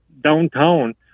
downtown